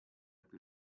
piú